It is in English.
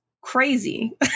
crazy